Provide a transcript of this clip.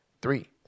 three